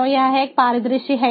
तो यह एक परिदृश्य है